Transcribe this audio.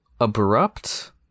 abrupt